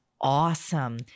awesome